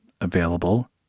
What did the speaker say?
Available